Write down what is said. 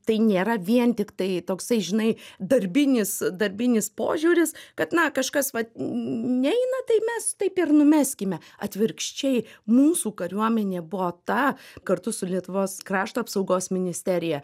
tai nėra vien tiktai toksai žinai darbinis darbinis požiūris kad na kažkas vat neina tai mes taip ir numeskime atvirkščiai mūsų kariuomenė buvo ta kartu su lietuvos krašto apsaugos ministerija